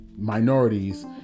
minorities